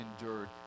endured